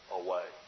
away